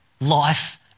life